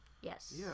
Yes